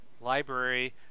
library